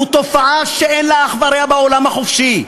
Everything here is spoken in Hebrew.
הוא תופעה שאין לה אח ורע בעולם החופשי.